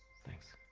thinks